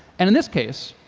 and in this case,